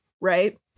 Right